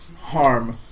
harm